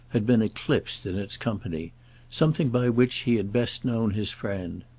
had been eclipsed in its company something by which he had best known his friend.